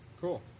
Cool